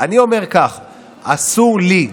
אני אומר כך: אסור לי,